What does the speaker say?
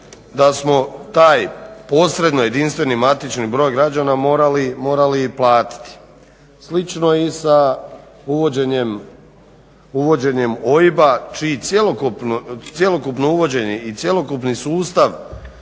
da smo taj posredno jedinstveni matični broj građana morali platiti. Slično je i sa uvođenjem OIB-a čije cjelokupno uvođenje i cjelokupni sustav